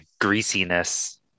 greasiness